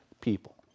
people